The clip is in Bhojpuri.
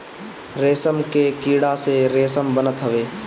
रेशम के कीड़ा से रेशम बनत हवे